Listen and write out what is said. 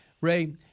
Ray